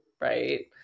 right